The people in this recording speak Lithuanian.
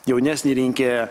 jaunesnį rinkėją